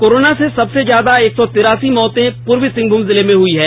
corona से सबसे ज्यादा एक सौ तिरासी मौतें पूर्वी सिंहभूम जिले में हुई है